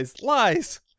Lies